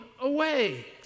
away